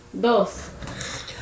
dos